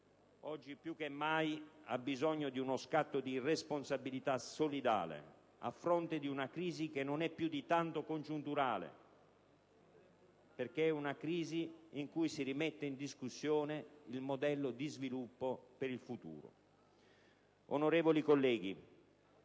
oggi più che mai, ha bisogno di uno scatto di responsabilità solidale, a fronte di una crisi che non è più di tanto congiunturale, perché rimette in discussione il modello di sviluppo per il futuro.